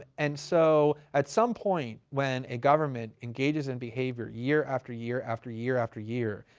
and so at some point, when a government engages in behavior year, after year, after year, after year,